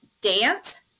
dance